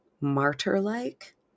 martyr-like